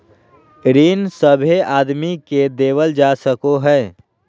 ऋण सभे आदमी के देवल जा सको हय